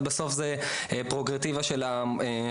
אבל בסוף זו פררוגטיבה של המועצה.